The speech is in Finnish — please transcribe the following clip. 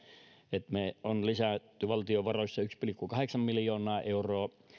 että me olemme lisänneet valtiovaroissa yksi pilkku kahdeksan miljoonaa euroa